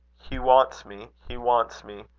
he wants me. he wants me.